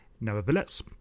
nevertheless